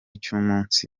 cy’umunsi